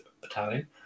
Battalion